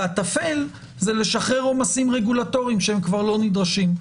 והטפל זה לשחרר עומסים רגולטוריים שכבר לא נדרשים.